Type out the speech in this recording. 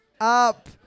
up